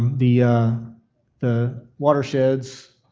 the the watersheds,